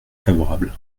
favorable